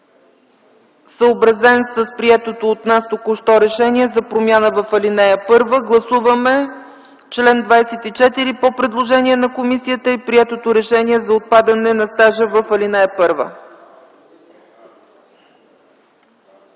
съобразен с приетото току-що от нас решение за промяна в ал. 1. Гласуваме чл. 24 по предложение на комисията и приетото решение за отпадане на стажа в ал. 1.